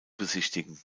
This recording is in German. besichtigen